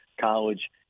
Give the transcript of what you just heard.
college